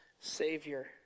Savior